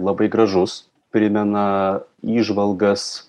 labai gražus primena įžvalgas